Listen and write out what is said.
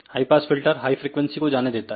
high pass filter high frequency को जाने देता है